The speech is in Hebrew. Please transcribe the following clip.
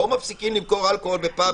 לא מפסיקים למכור אלכוהול בפאבים.